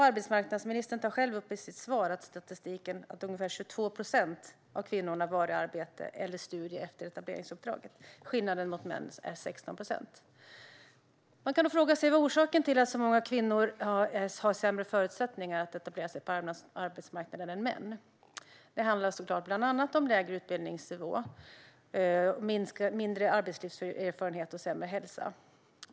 Arbetsmarknadsministern tar själv upp i sitt svar statistiken att ungefär 22 procent av kvinnorna var i arbete eller studier efter etableringsuppdraget. Skillnaden mot män är 16 procentenheter. Man kan fråga sig vad som är orsaken till att så många kvinnor har sämre förutsättningar att etablera sig på arbetsmarknaden än män. Det handlar bland annat om lägre utbildningsnivå, mindre arbetslivserfarenhet och sämre hälsa.